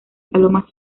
palomas